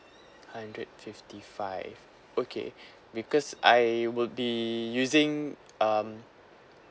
hundred fifty five okay because I would be using um